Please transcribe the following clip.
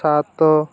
ସାତ